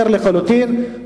שעלה לדבר על נושא אחר לחלוטין,